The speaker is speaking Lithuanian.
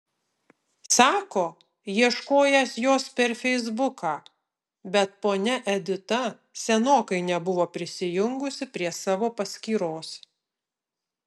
sako ieškojęs jos per feisbuką bet ponia edita senokai nebuvo prisijungusi prie savo paskyros